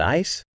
ice